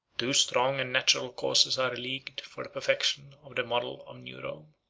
two strong and natural causes are alleged for the perfection of the model of new rome.